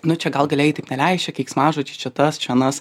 nu čia gal galėjai taip neleist čia keiksmažodžiai čia tas anas